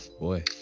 Boy